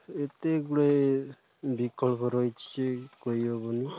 ଏତେ ଗୁଡ଼ିଏ ବିକଳ୍ପ ରହିଛି କହି ହେବନି